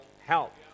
help